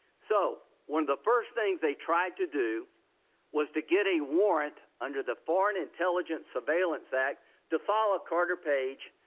so one of the first things they tried to do was to get a warrant under the foreign intelligence surveillance act to follow carter page,